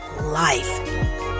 life